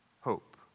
hope